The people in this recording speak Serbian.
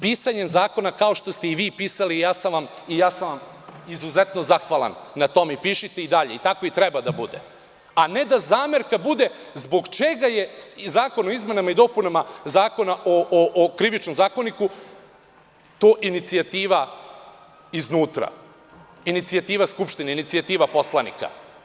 Pisanjem zakona kao što ste i vi pisali i veoma sam vam izuzetno zahvalan na tome i pišite i dalje i tako i treba da bude, a ne da zamerka bude zbog čega je Zakon o izmenama i dopunama Zakona o Krivičnom zakoniku to inicijativa iznutra, inicijativa Skupštine, inicijativa poslanika.